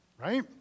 Right